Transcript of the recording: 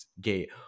gay